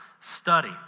study